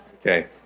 Okay